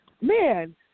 man